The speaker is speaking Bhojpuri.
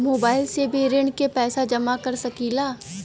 मोबाइल से भी ऋण के पैसा जमा कर सकी ला?